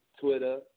Twitter